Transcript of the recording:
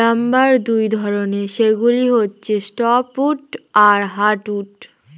lumber দুই ধরনের, সেগুলো হচ্ছে সফ্ট উড আর হার্ড উড